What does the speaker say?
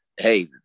Hey